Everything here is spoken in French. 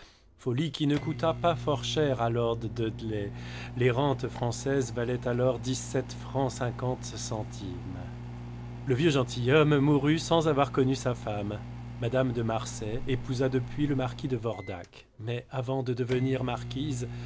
folie qui ne coûta pas fort cher à lord dudley les rentes françaises valaient alors dix-sept francs cinquante centimes le vieux gentilhomme mourut sans avoir connu sa femme madame de marsay épousa depuis le marquis de vordac mais avant de devenir marquise